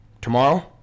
tomorrow